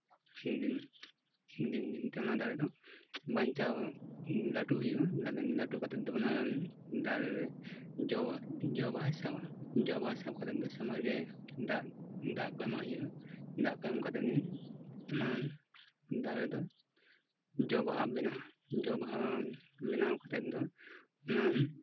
ᱫᱤᱱ ᱫᱤᱱ ᱫᱤᱱ ᱛᱮ ᱚᱱᱟ ᱫᱟᱨᱮ ᱫᱚ ᱵᱟᱧᱪᱟᱣ ᱞᱟᱹᱴᱩᱜ ᱤᱭᱹᱟᱜᱼᱟ ᱞᱟᱹᱴᱩ ᱠᱟᱛᱮᱫ ᱫᱚ ᱚᱱᱟ ᱫᱟᱨᱮ ᱨᱮ ᱡᱚ ᱡᱚ ᱵᱟᱦᱟᱭ ᱥᱟᱵᱟ ᱡᱚ ᱵᱟᱦᱟ ᱥᱟᱵ ᱠᱟᱛᱮᱫ ᱫᱚ ᱥᱚᱢᱚᱭ ᱨᱮ ᱫᱟᱜ ᱠᱚ ᱮᱢᱟᱜ ᱦᱩᱭᱩᱜᱼᱟ ᱫᱟᱜ ᱠᱚ ᱮᱢ ᱠᱟᱛᱮᱫ ᱫᱟᱨᱮ ᱫᱚ ᱡᱚ ᱵᱟᱦᱟ ᱵᱮᱱᱟᱜᱼᱟ ᱡᱚ ᱵᱟᱦᱟ ᱼᱵᱮᱱᱟᱣ ᱠᱟᱛᱮᱫ ᱫᱚ ᱚᱱᱟ